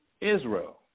Israel